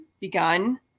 begun